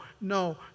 no